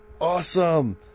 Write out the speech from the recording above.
Awesome